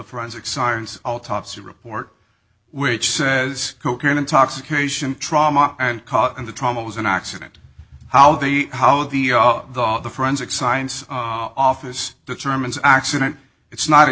forensic science autopsy report which says cocaine intoxication trauma and caught in the trauma was an accident how the how the forensic science office determines accident it's not